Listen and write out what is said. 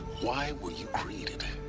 why were you created?